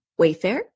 Wayfair